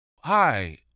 Hi